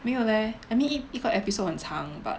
没有 leh I mean 一一个 episode 很长 but